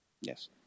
Yes